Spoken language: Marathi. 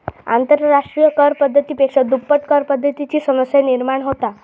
आंतरराष्ट्रिय कर पद्धती पेक्षा दुप्पट करपद्धतीची समस्या निर्माण होता